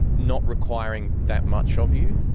not requiring that much of you.